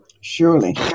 Surely